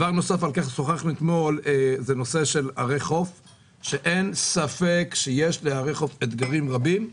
נושא ערי החוף: אין ספק שיש להיערך לאתגרים רבים.